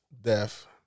death